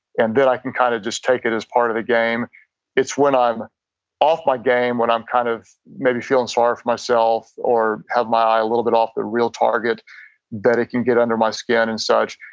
and then i can kind of just take it as part of the game it's when i'm off my game, when i'm kind of maybe feel and sorry for myself. or had my eye a little bit off the real target then it can get under my skin and such.